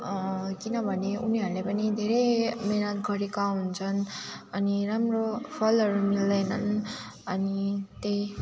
किनभने उनीहरूले पनि धेरै मिहिनेत गरेका हुन्छन् अनि राम्रो फलहरू मिल्दैनन् अनि त्यही